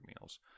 meals